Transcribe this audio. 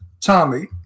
Tommy